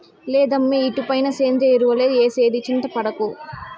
లేదమ్మీ ఇటుపైన సేంద్రియ ఎరువులే ఏసేది చింతపడకు